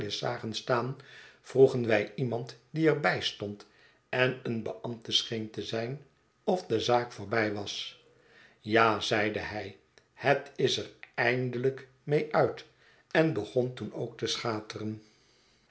zagen staan vroegen wij iemand die er bij stond en een beambte scheen te zijn of de zaak voorbij was ja zeide hij het is er eindelijk mee uit en begon toen ook te schateren